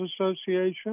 Association